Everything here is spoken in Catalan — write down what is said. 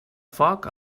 foc